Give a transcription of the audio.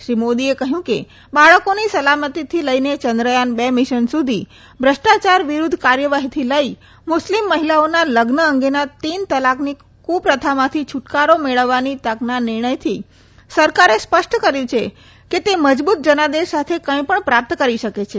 શ્રી મોદીએ કહ્યું કે બાળકોની સલામતીથી લઈને ચંદ્રયાન બે મિશન સુધી ભ્રષ્ટાયાર વિરૂદ્ધ કાર્યવાહીથી લઈને મુસ્લિમ મહિલાઓના લગ્ન અંગેના તીન તલાકની કુપ્રથામાંથી છુટકારો મેળવવાની તકના નિર્ણયથી સરકારે સ્પષ્ટ કર્યું છે કે તે મજબૂત જનાદેશ સાથે કંઈ પણ પ્રાપ્ત કરી શકે છે